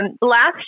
Last